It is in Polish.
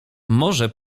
może